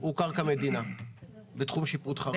הוא קרקע מדינה בתחום שיפוט חריש.